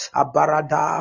abarada